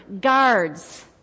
guards